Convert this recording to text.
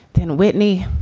then whitney.